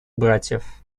братьев